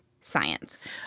science